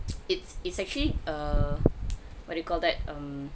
it's it's actually err what do you call that um